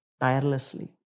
tirelessly